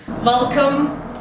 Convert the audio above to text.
Welcome